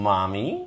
Mommy